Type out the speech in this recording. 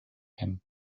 him